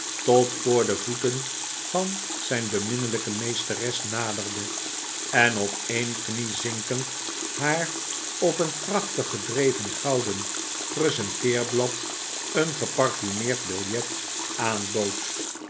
tot voor de voeten van zijn beminnelijke meesteres naderde en op een knie zinkend haar op een prachtig gedreven gouden presenteerblad een geparfumeerd biljet aanbood